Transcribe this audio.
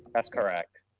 that's correct.